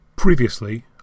Previously